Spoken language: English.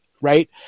right